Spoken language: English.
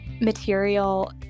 material